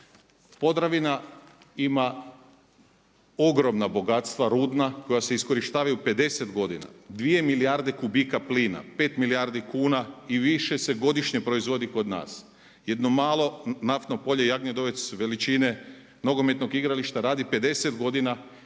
Podravina ima ogromna bogatstva rudna koja se iskorištavaju 50 godina. 2 milijarde kubika plina, 5 milijardi kuna i više se godišnje proizvodi kod nas. Jedno malo naftno polje …/Ne razumije se./… veličine nogometnog igrališta radi 50 godina